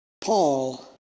Paul